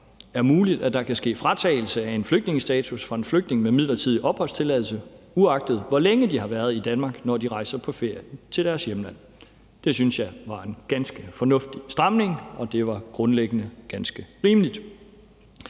er muligt, at der kan ske fratagelse af en flygtningestatus for en flygtning med midlertidig opholdstilladelse, uagtet hvor længe de har været i Danmark, når de rejser på ferie til deres hjemland. Det synes jeg var en ganske fornuftig stramning, og det var grundlæggende ganske rimeligt.